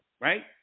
Right